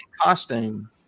costume